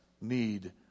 need